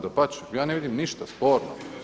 Dapače, ja ne vidim ništa spornog.